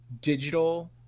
digital